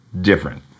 different